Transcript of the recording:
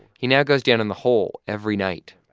he now goes down in the hole every night,